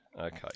okay